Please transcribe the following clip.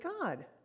God